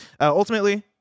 Ultimately